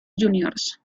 juniors